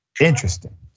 Interesting